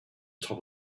top